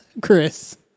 Chris